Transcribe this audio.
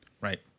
Right